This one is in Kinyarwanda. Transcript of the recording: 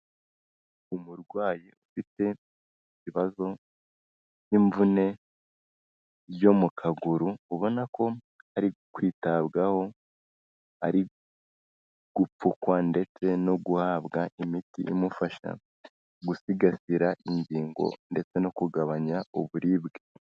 Umurwayi ufite ibibazo cy'imvune byo mu kaguru ubona ko ari kwitabwaho, ari gupfukwa ndetse no guhabwa imiti imufasha gusigasira ingingo ndetse no kugabanya uburibwe.